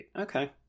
Okay